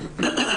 בבקשה.